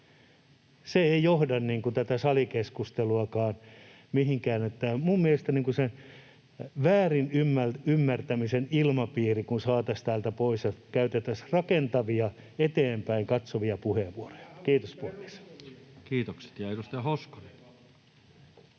Se ei johda tätä salikeskusteluakaan mihinkään. Minun mielestäni väärinymmärtämisen ilmapiiri tulisi saada täältä pois ja käyttää rakentavia, eteenpäin katsovia puheenvuoroja. [Toimi Kankaanniemi: Minä halusin